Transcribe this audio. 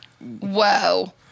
Wow